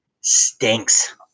stinks